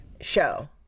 show